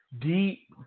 deep